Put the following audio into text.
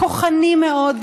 כוחני מאוד,